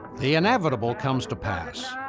the inevitable comes to pass.